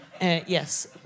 Yes